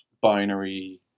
binary